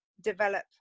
develop